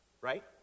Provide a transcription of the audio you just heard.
Right